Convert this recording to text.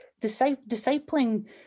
Discipling